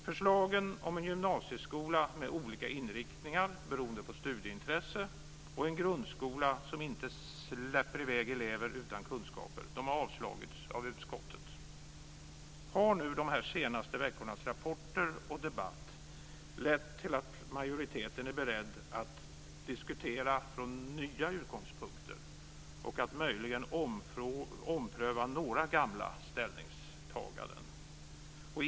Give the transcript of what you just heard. Förslagen om en gymnasieskola med olika inriktningar beroende på studieintresse och om en grundskola som inte släpper i väg elever utan kunskaper har avslagits av utskottet. Har de här senaste veckornas rapporter och debatt lett till att majoriteten är beredd att diskutera från nya utgångspunkter och att möjligen ompröva några gamla ställningstaganden?